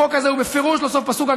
החוק הזה הוא בפירוש לא סוף פסוק.